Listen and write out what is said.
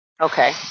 Okay